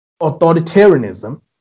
authoritarianism